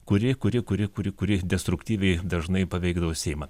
kuri kuri kuri kuri kuri destruktyviai dažnai paveikdavo seimą